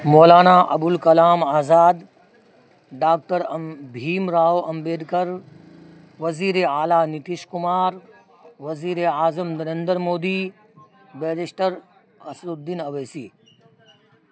مولانا Abul Kalam Azad doctor Bhim Rao Ambedkar وزیر اعلیٰ نتیش کمار وزیر اعظم نریندر مودی بیرسٹر اسدالدین اویسی